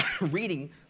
reading